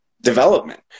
development